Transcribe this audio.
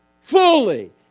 fully